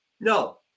No